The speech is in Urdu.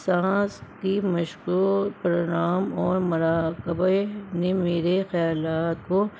سانس کی مشقوں پرینام اور مراقبے نے میرے خیالات کو